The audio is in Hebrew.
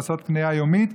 לעשות קנייה יומית,